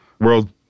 world